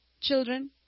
children